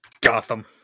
Gotham